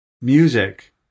music